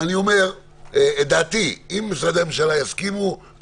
אני אומר את דעתי, אם משרדי הממשלה יסכימו,